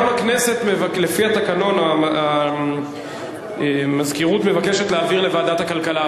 לפי התקנון, המזכירות מבקשת להעביר לוועדת הכלכלה.